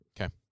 Okay